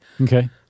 Okay